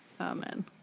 Amen